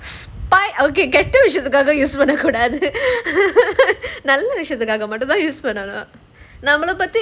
spy I'll கேட்ட விஷயத்துக்காக:keta vishayathukaaga use பண்ண கூடாது நல்ல விஷயத்துக்கு:panna koodaathu nalla vishayathuku use பண்ணனும்:pannanum